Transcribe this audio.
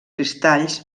cristalls